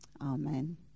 Amen